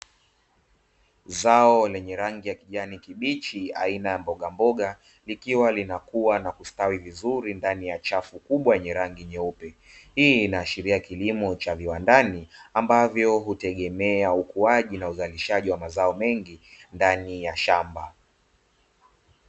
Zao lenye rangi ya kijani kibichi aina ya mbogamboga, likiwa linakuwa na kustawi vizuri ndani ya chafu kubwa yenye rangi nyeupe. Hii inaashiria kilimo cha viwandani ambavyo hutegemea ukuaji na uzalishaji wa mazao mengi ndani ya shamba.